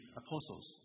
apostles